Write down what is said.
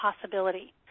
possibility